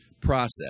process